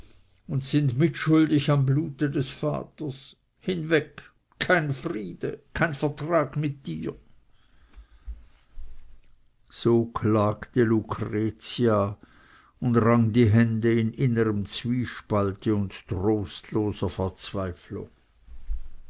und sind mitschuldig am blute des vaters hinweg kein friede kein vertrag mit dir so klagte lucretia und rang die hände in innerm zwiespalte und trostloser verzweiflung